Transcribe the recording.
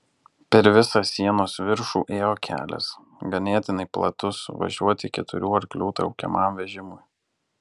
per visą sienos viršų ėjo kelias ganėtinai platus važiuoti keturių arklių traukiamam vežimui